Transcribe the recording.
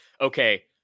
okay